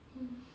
mm